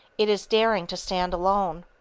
it is daring to stand alone.